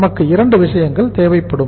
நமக்கு இரண்டு விஷயங்கள் தேவைப்படும்